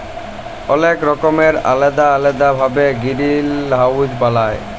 অলেক রকমের আলেদা আলেদা ভাবে গিরিলহাউজ বালায়